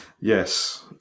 Yes